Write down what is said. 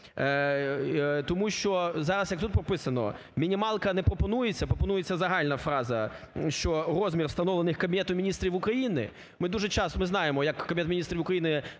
Тому що зараз, як тут прописано, мінімалка не пропонується, пропонується загальна фраза, що розмір, встановлений Кабінетом Міністрів України… Ми дуже часто, ми знаємо, як Кабінет Міністрів України